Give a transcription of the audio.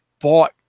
bought